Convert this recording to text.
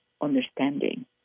understanding